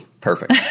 Perfect